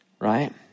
right